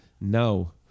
No